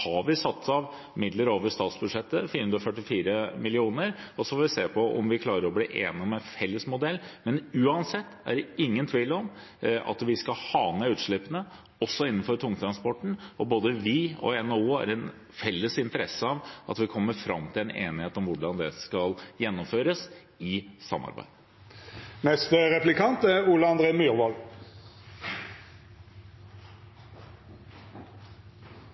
Vi har satt av midler over statsbudsjettet – 444 mill. kr – og så får vi se om vi klarer å bli enige om en felles modell. Men uansett er det ingen tvil om at vi skal ha ned utslippene, også innenfor tungtransporten. Og både vi og NHO har en felles interesse av at vi kommer fram til en enighet om hvordan det skal gjennomføres, i samarbeid.